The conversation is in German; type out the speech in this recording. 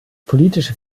politische